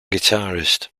guitarist